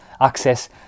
access